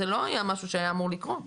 זה לא היה משהו שאמור היה לקרות.